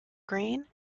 green